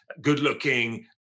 good-looking